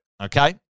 okay